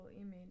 image